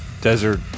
desert